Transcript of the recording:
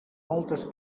moltes